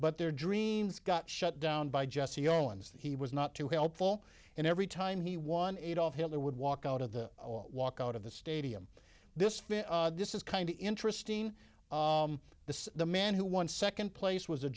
but their dreams got shut down by jesse owens that he was not too helpful and every time he won adolf hitler would walk out of the walk out of the stadium this fit this is kind of interesting the the man who won second place was a